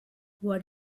what